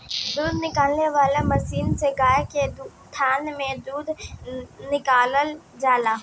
दूध निकाले वाला मशीन से गाय के थान से दूध निकालल जाला